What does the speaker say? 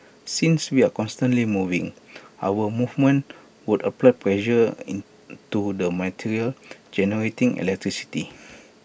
since we are constantly moving our movements would apply pressure into the material generating electricity